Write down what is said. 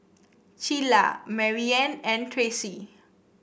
Cilla Maryanne and Tracee